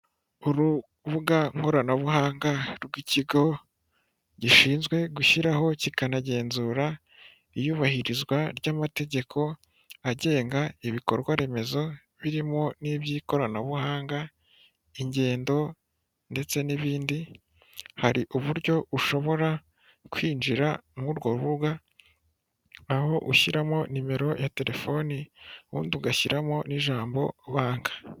Urubuga nkoranabuhanga rw'ikigo gishinzwe gushyiraho kikanagenzura iyubahirizwa ry'amategeko agenga ibikorwaremezo birimo n'iby'ikoranabuhanga ingendo ndetse n'ibindi, hari uburyo ushobora kwinjira muri urwo rubuga aho ushyiramo nimero ya telefoni ubundi ugashyiramo n'ijambo banga.